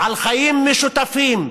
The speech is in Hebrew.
על חיים משותפים.